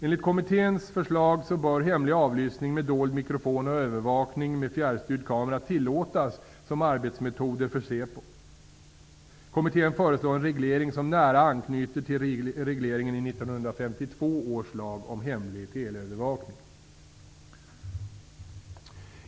Enligt kommitténs förslag bör hemlig avlyssning med dold mikrofon och övervakning med fjärrstyrd kamera tillåtas som arbetsmetoder för säpo. Kommittén föreslår en reglering som nära anknyter till regleringen i 1952 års lag om hemlig teleövervakning.